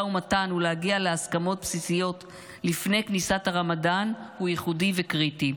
ומתן ולהגיע להסכמות בסיסיות לפני כניסת הרמדאן הוא ייחודי וקריטי.